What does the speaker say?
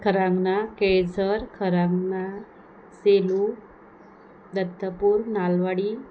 Kharangana Kelzar Kharangana Selu Dattapur Nalwadi